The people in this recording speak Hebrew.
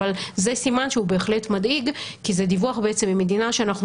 אבל זה סימן שהוא בהחלט מדאיג כי זה דיווח ממדינה שאנחנו